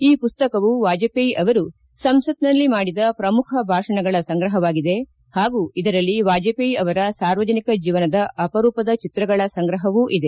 ಈ ಮಸ್ತಕವು ವಾಜಪೇಯಿ ಅವರು ಸಂಸತ್ನಲ್ಲಿ ಮಾಡಿದ ಪ್ರಮುಖ ಭಾಷಣಗಳ ಸಂಗ್ರಹವಾಗಿದೆ ಹಾಗೂ ಇದರಲ್ಲಿ ವಾಜವೇಯಿ ಅವರ ಸಾರ್ವಜನಿಕ ಜೀವನದ ಅಪರೂಪದ ಚಿತ್ರಗಳ ಸಂಗ್ರಹವೂ ಇದೆ